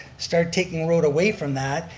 start taking road away from that,